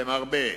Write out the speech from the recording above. והן רבות,